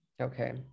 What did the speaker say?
Okay